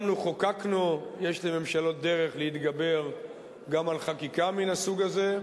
גם לו חוקקנו יש לממשלות דרך להתגבר גם על חקיקה מן הסוג הזה.